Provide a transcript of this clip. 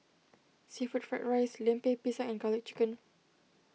Seafood Fried Rice Lemper Pisang and Garlic Chicken